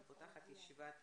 אני פותחת את ישיבת